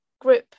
group